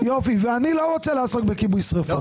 יופי, ואני לא רוצה לעסוק בכיבוי שריפות.